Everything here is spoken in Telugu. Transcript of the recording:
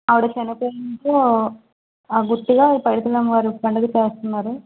ఆవిడా చనిపోడంతో ఆ గుర్తుగా పైపులమ్మ వారి పండగ చేస్తున్నారు